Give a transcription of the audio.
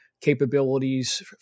Capabilities